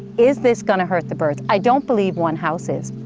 is this going to hurt the birds? i don't believe one house is.